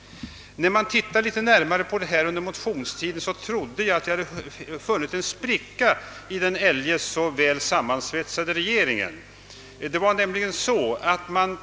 När jag under motionstiden tittade närmare på detta, trodde jag att jag hade funnit en spricka i den eljest så väl sammansvetsade regeringen.